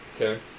Okay